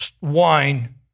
Wine